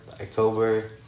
October